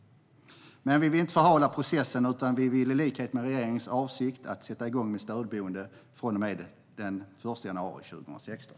Men vi vill inte förhala processen, utan vi vill i likhet med regeringen sätta igång med stödboende från och med den 1 januari 2016.